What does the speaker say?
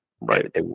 right